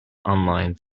online